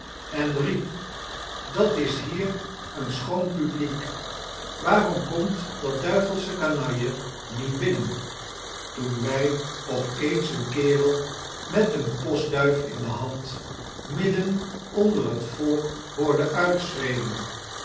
en riep dat s hier een schoon publiek waarom komt dat duivelsche kanalje niet binnen i toen wy op eens een kerel met eene postduif in de hand midden onder het volk hoorden uitschreeuwen